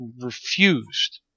refused